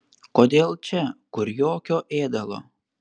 kodėl čia kur jokio ėdalo